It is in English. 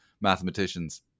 mathematicians